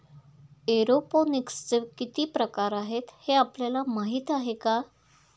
एरोपोनिक्सचे किती प्रकार आहेत, हे आपल्याला माहित आहे का?